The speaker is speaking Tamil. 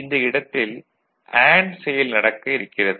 இந்த இடத்தில் அண்டு செயல் நடக்க இருக்கிறது